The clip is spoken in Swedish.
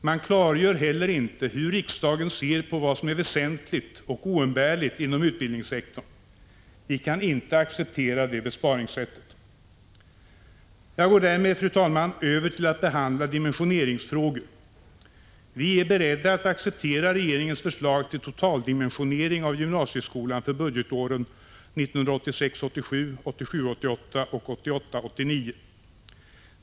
Man klargör heller inte hur riksdagen ser på vad som är väsentligt och oumbärligt inom utbildningssektorn. Vi kan inte acceptera det besparingssättet. Jag går därmed, fru talman, över till att behandla dimensioneringsfrågor. Vi är beredda att acceptera regeringens förslag till totaldimensionering av gymnasieskolan för budgetåren 1986 88 och 1988/89.